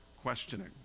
questioning